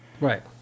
right